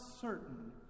certain